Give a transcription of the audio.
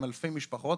עם אלפי משפחות.